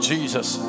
Jesus